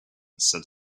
said